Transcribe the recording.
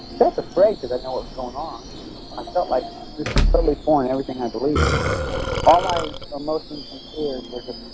felt afraid because i knew what was going on i felt like this is totally foreign to everything i believe all my emotions and fears were